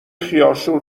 خیارشور